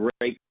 great